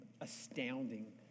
astounding